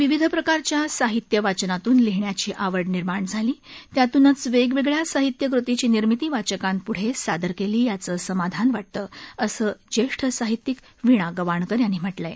विविध प्रकारच्यास साहित्य वाचनातून लिहिण्याची आवड निर्माण झाली त्यातूनच वेगवेगळ्या साहित्यकृतीची निर्मिती वाचकांपृढे सादर केली याचं समाधान वाटतं असं ज्येष्ठ साहित्यिक वीणा गवाणकर यांनी म्हटलं आहे